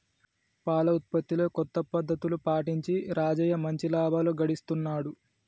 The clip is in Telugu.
పాల ఉత్పత్తిలో కొత్త పద్ధతులు పాటించి రాజయ్య మంచి లాభాలు గడిస్తున్నాడు